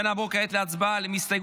נעבור להצבעה מס'